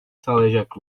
sağlayacak